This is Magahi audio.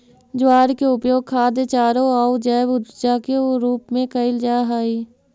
ज्वार के उपयोग खाद्य चारों आउ जैव ऊर्जा के रूप में कयल जा हई